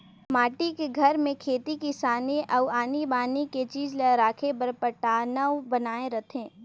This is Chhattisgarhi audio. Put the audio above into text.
माटी के घर में खेती किसानी अउ आनी बानी के चीज ला राखे बर पटान्व बनाए रथें